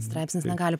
straipsnis negali